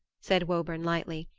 said woburn lightly.